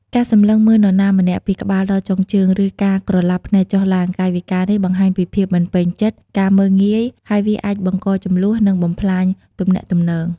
ការសម្លឹងមើលនរណាម្នាក់ពីក្បាលដល់ចុងជើង ឬការក្រឡាប់ភ្នែកចុះឡើង កាយវិការនេះបង្ហាញពីភាពមិនពេញចិត្ត ការមើលងាយ ហើយវាអាចបង្ករជម្លោះ និងបំផ្លាញទំនាក់ទំនង។